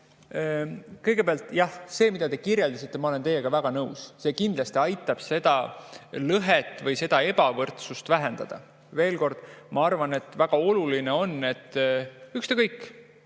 Kõigepealt see, mida te kirjeldasite – jah, ma olen teiega väga nõus. See kindlasti aitab seda lõhet või ebavõrdsust vähendada. Veel kord: ma arvan, et väga oluline on, et riik